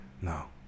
No